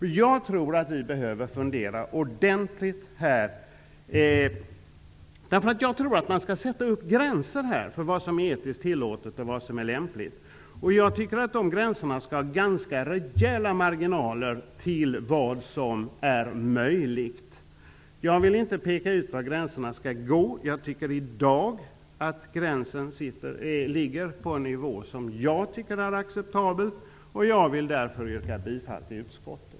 Här tror jag att vi behöver fundera ordentligt och att man måste sätta upp gränser för vad som är etiskt tillåtet och vad som är lämpligt. Dessa gränser skall ha ganska rejäla marginaler till vad som är möjligt. Jag vill inte peka ut var gränserna skall gå, men jag tycker att gränsen i dag ligger på en nivå som är acceptabel. Därför yrkar jag bifall till utskottets hemställan.